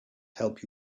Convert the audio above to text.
help